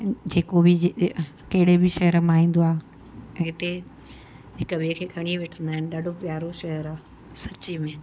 जेको बि कहिड़े बि शहर मां ईंदो आहे ऐं हिते हिक ॿिए खे खणी वेहिंदा आहिनि ॾाढो प्यारो शहर आहे सची में